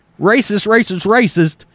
racist-racist-racist